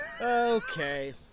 Okay